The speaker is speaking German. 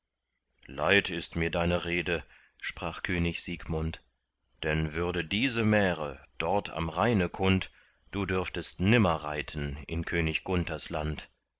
leid ist mir deine rede sprach könig siegmund denn würde diese märe dort am rheine kund du dürftest nimmer reiten in könig gunthers land